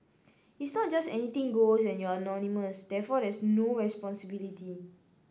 it's not just anything goes and you're anonymous therefore there's no responsibility